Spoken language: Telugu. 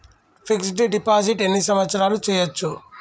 ఫిక్స్ డ్ డిపాజిట్ ఎన్ని సంవత్సరాలు చేయచ్చు?